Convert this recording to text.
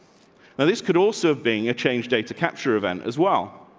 and this could also being a change data capture event as well.